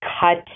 cut